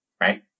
right